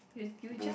you you just